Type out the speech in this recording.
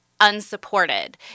unsupported